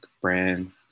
brand